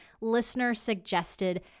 listener-suggested